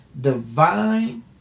divine